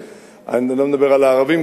אני לא מדבר על הערבים,